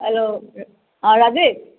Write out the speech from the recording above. hello অঁ ৰাজীৱ